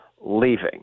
leaving